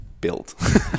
built